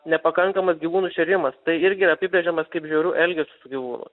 nepakankamas gyvūnų šėrimas tai irgi yra apibrėžiamas kaip žiauriu elgesiu su gyvūnu